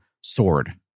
Sword